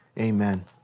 amen